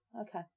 Okay